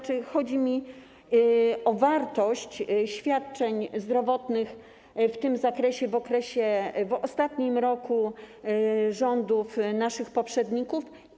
Chodzi mi o wartość świadczeń zdrowotnych w tym zakresie w ostatnim roku rządów naszych poprzedników.